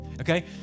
okay